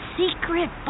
secret